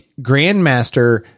grandmaster